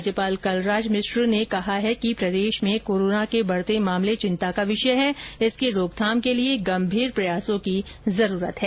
राज्यपाल कलराज मिश्र ने कहा है कि प्रदेश में कोरोना के बढ़ते मामले चिंता का विषय है इसकी रोकथाम के लिए गंभीर प्रयासों की जरूरत है